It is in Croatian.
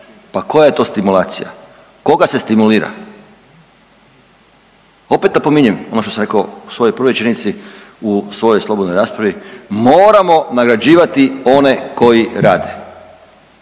Pa koja je to stimulacija, koga se stimulira? Opet napominjem ono što sam rekao u svojoj prvoj rečenici u svojoj slobodnoj raspravi, moramo nagrađivati one koji rade.